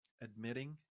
admitting